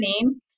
name